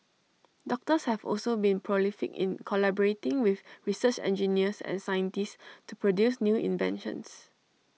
doctors have also been prolific in collaborating with research engineers and scientists to produce new inventions